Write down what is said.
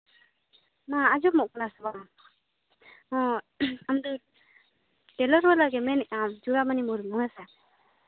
ᱢᱟ ᱟᱸᱡᱚᱢᱚᱜ ᱠᱟᱱᱟ ᱥᱮ ᱵᱟᱝ ᱦᱚᱸ ᱟᱢᱫᱚ ᱪᱩᱲᱟᱢᱚᱱᱤ ᱢᱩᱨᱢᱩ ᱦᱮᱸ ᱥᱮ